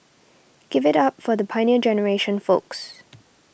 give it up for the Pioneer Generation folks